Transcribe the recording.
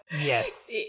Yes